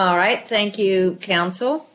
all right thank you counsel